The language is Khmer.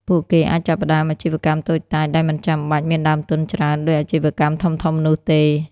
ពួកគេអាចចាប់ផ្តើមអាជីវកម្មតូចតាចដោយមិនចាំបាច់មានដើមទុនច្រើនដូចអាជីវកម្មធំៗនោះទេ។